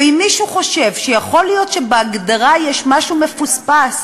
ואם מישהו חושב שיכול להיות שבהגדרה יש משהו מפוספס,